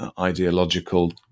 ideological